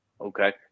Okay